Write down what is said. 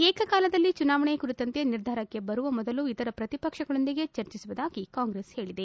ಏಕಕಾಲದಲ್ಲಿ ಚುನಾವಣೆ ಕುರಿತಂತೆ ನಿರ್ಧಾರಕ್ಕೆ ಬರುವ ಮೊದಲು ಇತರ ಪ್ರತಿಪಕ್ಷಗಳೊಂದಿಗೆ ಚರ್ಚಿಸುವುದಾಗಿ ಕಾಂಗ್ರೆಸ್ ಹೇಳಿದೆ